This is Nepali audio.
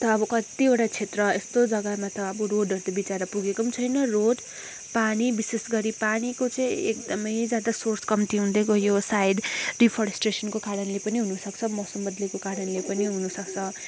त अब कतिवटा क्षेत्र यस्तो जग्गामा त अब रोडहरू त विचारा पुगेको पनि छैन रोड पानी विशेष गरी पानीको चाहिँ एकदमै ज्यादा सोर्स कम्ती हुँदै गयो सायद डिफरेस्ट्रेसनको कारणले पनि हुनुसक्छ मौसम बद्लेको कारणले पनि हुनुसक्छ